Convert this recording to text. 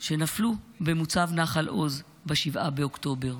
שנפלו במוצב נחל עוז ב-7 באוקטובר,